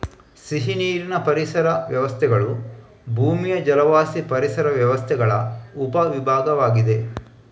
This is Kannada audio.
ಸಿಹಿನೀರಿನ ಪರಿಸರ ವ್ಯವಸ್ಥೆಗಳು ಭೂಮಿಯ ಜಲವಾಸಿ ಪರಿಸರ ವ್ಯವಸ್ಥೆಗಳ ಉಪ ವಿಭಾಗವಾಗಿದೆ